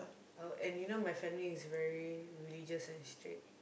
I would and you know my family is very religious and strict